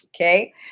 Okay